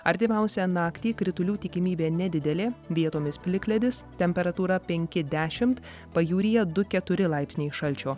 artimiausią naktį kritulių tikimybė nedidelė vietomis plikledis temperatūra penki dešimt pajūryje du keturi laipsniai šalčio